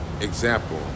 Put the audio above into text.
example